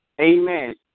amen